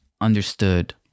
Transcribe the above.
understood